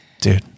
Dude